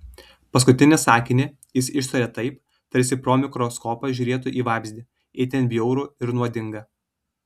paskutinį sakinį jis ištarė taip tarsi pro mikroskopą žiūrėtų į vabzdį itin bjaurų ir nuodingą